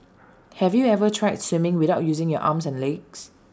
have you ever tried swimming without using your arms and legs